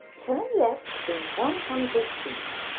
turn left in one hundred feet.